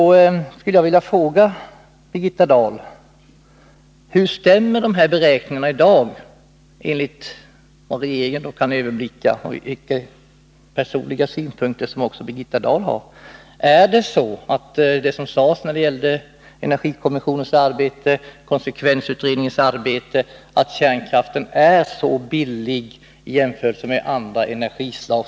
Då skulle jag vilja fråga Birgitta Dahl: Hur är det med beräkningarna i dag, med tanke på vad regeringen nu kan överblicka och med tanke på Birgitta Dahls egna synpunkter i detta sammanhang? Är det så, som framhölls när det gäller energikommissionens och konsekvensutredningens arbete, att kärnkraften är så billig i jämförelse med andra energislag?